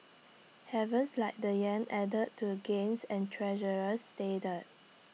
havens like the Yen added to gains and Treasuries steadied